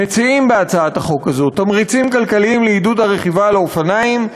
מציעים בהצעת החוק הזאת תמריצים כלכליים לעידוד הרכיבה על אופניים,